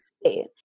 state